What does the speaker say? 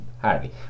Hardly